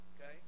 okay